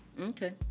okay